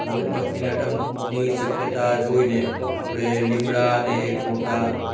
મધમાખીના ડંખની શક્યતા જોઈને આપણે લીમડા અને એક મોટા